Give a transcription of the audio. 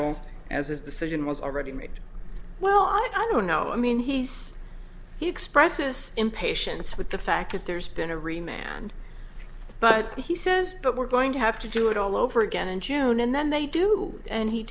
role as his decision was already made well i don't know i mean he's he expresses impatience with the fact that there's been a rematch and but he says but we're going to have to do it all over again in june and then they do it and he